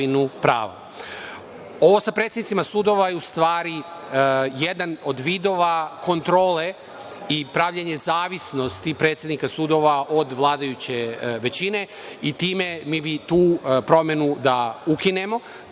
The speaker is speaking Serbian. sa predsednicima sudova je u stvari jedan od vidova kontrole i pravljenje zavisnosti predsednika sudova od vladajuće većine i time mi bi tu promenu da ukinemo,